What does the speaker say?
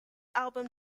album